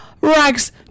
rags